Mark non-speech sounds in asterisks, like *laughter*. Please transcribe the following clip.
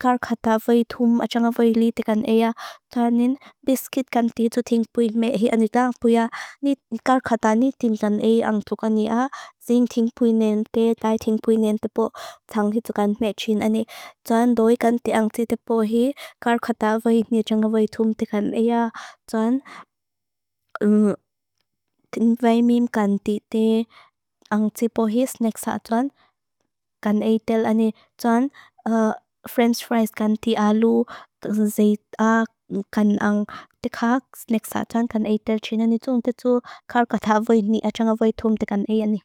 kar *hesitation* kata vì thum a xa na vì lì tìh kan ea. Tsua nin biskuit kan tìhtu tìng pui mea hìa nea na pua ea. Kar kata ni tìhti kan ea ang tuka nea. Tsuan french fries kan tì alu tùs zeyt a kan ang tìkhax neksa tsuan kan eitel txinani. Tsung tìtsu kar kata vojni a txanga vojtum tìkan eani.